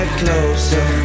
closer